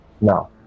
No